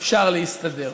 אפשר להסתדר.